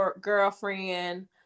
girlfriend